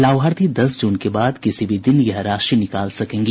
लाभार्थी दस जून के बाद किसी भी दिन यह राशि निकाल सकेंगी